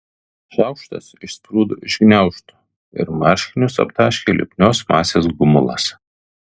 šaukštas išsprūdo iš gniaužtų ir marškinius aptaškė lipnios masės gumulas